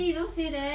!ee! don't say that